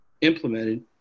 implemented